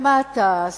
ומה אתה,